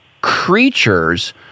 creatures—